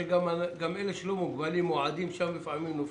שגם אלה שלא מוגבלים מועדים שם ולפעמים נופלים.